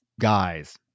guys